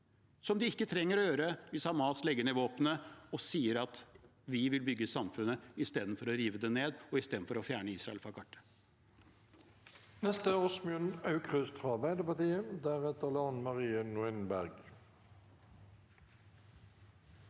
som de ikke trenger å gjøre hvis Hamas legger ned våpnene og sier: Vi vil bygge samfunnet istedenfor å rive det ned og istedenfor å fjerne Israel fra kartet.